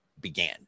began